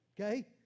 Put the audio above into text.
Okay